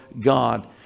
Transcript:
God